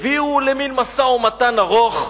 הביאו למין משא-ומתן ארוך,